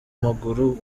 maguru